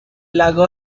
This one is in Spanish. lago